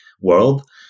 world